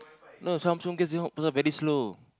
no Samsung guest that one very slow